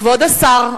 כבוד השר,